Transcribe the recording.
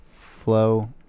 flow